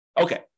Okay